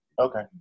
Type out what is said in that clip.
Okay